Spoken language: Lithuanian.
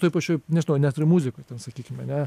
toj pačioj nežinau net ir muzikoj ten sakykime ane